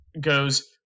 goes